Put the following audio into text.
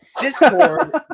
Discord